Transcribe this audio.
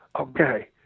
okay